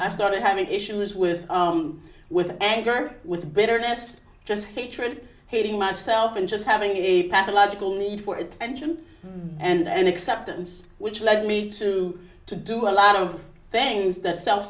i started having issues with with anger with bitterness just hatred hating myself and just having a pathological need for it engine and acceptance which led me to to do a lot of things that self